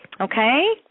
Okay